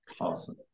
Awesome